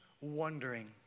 wondering